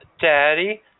Daddy